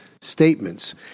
statements